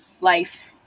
life